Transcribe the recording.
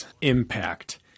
impact